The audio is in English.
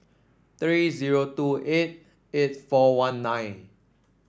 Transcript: three zero two eight eight four one nine